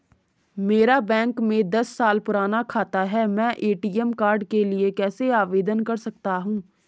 मेरा बैंक में दस साल पुराना खाता है मैं ए.टी.एम कार्ड के लिए कैसे आवेदन कर सकता हूँ?